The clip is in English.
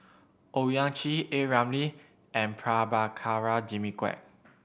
Owyang Chi A Ramli and Prabhakara Jimmy Quek